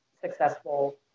successful